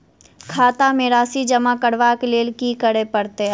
खाता मे राशि जमा करबाक लेल की करै पड़तै अछि?